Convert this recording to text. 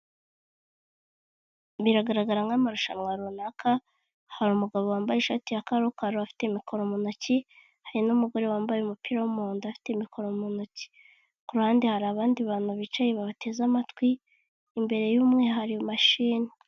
Biragaragara nk'amarushanwa runaka hari umugabo wambaye ishati ya karokaro afite mikoro mu ntoki, hari n'umugore wambaye umupira w'umuhondo afite mikoro mu ntoki. Ku ruhande hari abandi bantu bicaye babateze amatwi, imbere y'umwe hari mashini.